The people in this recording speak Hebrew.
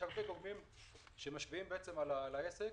יש הרבה גורמים שמשפיעים על העסק,